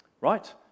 Right